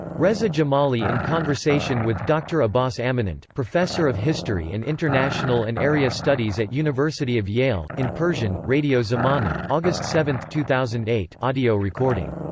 reza jamali in conversation with dr abbas amanat, professor of history and international and area studies at university of yale, in persian, radio zamaneh, august seven, two thousand and eight audio recording.